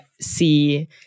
see